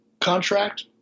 contract